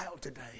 today